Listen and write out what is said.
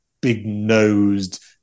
big-nosed